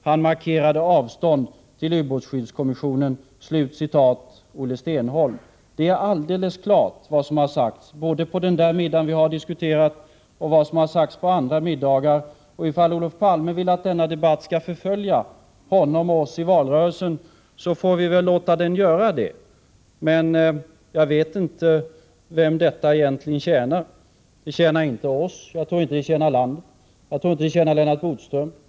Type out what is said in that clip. Han markerade avstånd till ubåtsskyddskommissionen.” Det är alldeles klart vad som har sagts både på den middag vi har diskuterat och på andra middagar. Ifall Olof Palme vill att denna debatt skall förfölja honom och oss i valrörelsen, så får vi låta den göra det, men jag vet inte vem detta egentligen tjänar. Det tjänar inte oss. Jag tror inte att det tjänar landet. Jag tror inte att det tjänar Lennart Bodström.